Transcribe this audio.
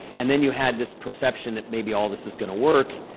and then you had this perception that maybe all this is going to work.